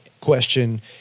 question